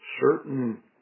certain